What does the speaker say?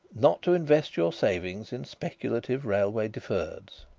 not to invest your savings in speculative railway deferreds.